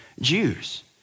Jews